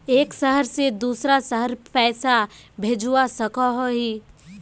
एक शहर से दूसरा शहर पैसा भेजवा सकोहो ही?